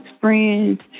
friends